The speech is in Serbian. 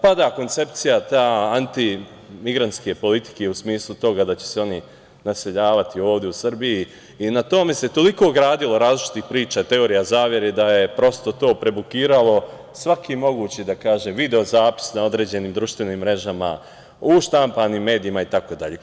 Pada koncepcija ta antimigrantske politike u smislu toga da će se oni naseljavati ovde u Srbiji i na tome se toliko gradilo različitih priča, teorija zavere da je prosto to prebukiralo svaki mogući video zapis na određenim društvenim mrežama, u štampanim mecijima, itd.